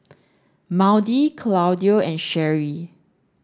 Maudie Claudio and Sherree